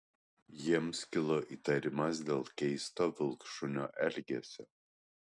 jiems kilo įtarimas dėl keisto vilkšunio elgesio